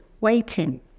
waiting